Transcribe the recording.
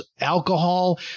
alcohol